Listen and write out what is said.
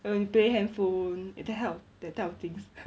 then you play handphone that type of that type of things